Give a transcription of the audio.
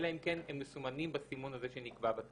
אלא אם כן צורף לו אלון,